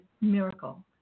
Miracle